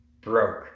broke